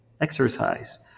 exercise